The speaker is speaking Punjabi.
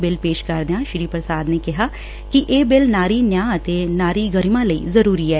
ਬਿੱਲ ਪੇਸ਼ ਕਰਦਿਆਂ ਸ੍ਰੀ ਪੁਸ਼ਾਦ ਨੈ ਕਿਹਾ ਕਿ ਇਹ ਬਿਲ ਨਾਰੀ ਨਿਆਂ ਅਤੇ ਨਾਰੀ ਗਰਿਮਾ ਲਈ ਜ਼ਰੂਰੀ ਐ